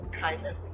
kindness